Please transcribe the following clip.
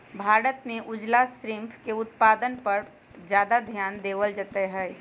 भारत में उजला श्रिम्फ के उत्पादन पर ज्यादा ध्यान देवल जयते हई